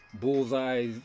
Bullseye